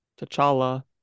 T'Challa